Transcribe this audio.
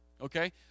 Okay